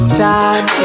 time